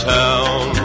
town